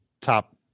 top